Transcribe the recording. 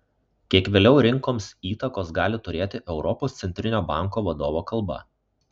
kiek vėliau rinkoms įtakos gali turėti europos centrinio banko vadovo kalba